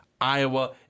Iowa